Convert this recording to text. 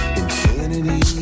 infinity